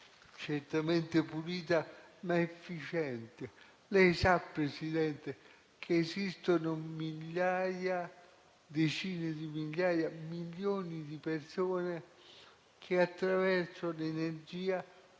certamente pulita, ma efficiente. Lei sa, signor Presidente, che esistono decine di migliaia, milioni di persone che, attraverso l'energia,